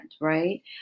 right